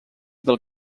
del